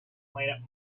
planet